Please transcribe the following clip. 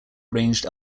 arranged